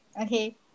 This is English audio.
Okay